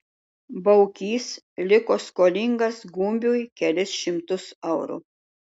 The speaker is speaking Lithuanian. baukys liko skolingas gumbiui kelis šimtus eurų